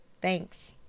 thanks